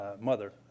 mother